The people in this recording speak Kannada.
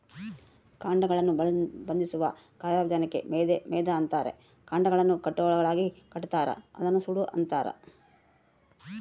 ಕಾಂಡಗಳನ್ನು ಬಂಧಿಸುವ ಕಾರ್ಯವಿಧಾನಕ್ಕೆ ಮೆದೆ ಅಂತಾರ ಕಾಂಡಗಳನ್ನು ಕಟ್ಟುಗಳಾಗಿಕಟ್ಟುತಾರ ಅದನ್ನ ಸೂಡು ಅಂತಾರ